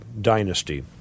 dynasty